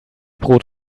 brot